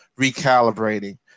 recalibrating